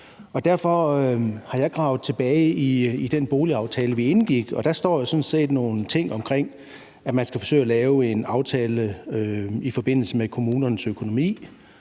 Derfor har jeg gravet tilbage i den boligaftale, vi indgik, og der står jo sådan set nogle ting om, at man skal forsøge at lave en aftale i forbindelse med kommunernes økonomi